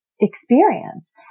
experience